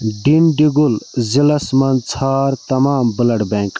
ڈِنٛڈِگُل ضلعس مَنٛز ژھار تمام بُلڈ بیٚنٛک